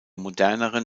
moderneren